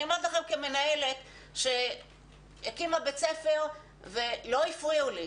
אני אומרת לכם כמנהלת שהקימה בית ספר ולא הפריעו לי.